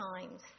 times